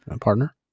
partner